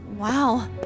Wow